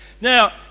Now